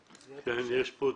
יש פה תגובה?